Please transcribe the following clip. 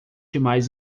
mais